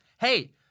hey